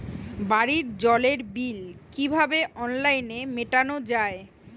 বাড়ির জলের বিল কিভাবে অনলাইনে মেটানো যায়?